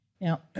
Now